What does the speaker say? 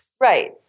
Right